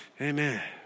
Amen